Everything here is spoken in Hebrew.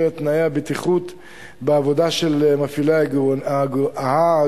את תנאי הבטיחות בעבודה של מפעילי העגורנים,